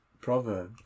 proverb